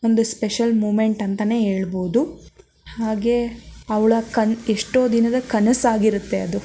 ಒಂದು special moment ಅಂತಲೇ ಹೇಳ್ಬೋದು ಹಾಗೆ ಅವಳ ಕನ್ ಎಷ್ಟೋ ದಿನದ ಕನಸಾಗಿರುತ್ತೆ ಅದು